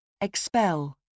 Expel